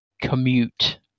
commute